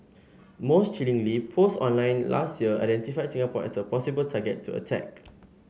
most chillingly posts online last year identified Singapore as a possible target to attack